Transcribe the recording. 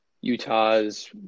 Utah's